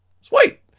Sweet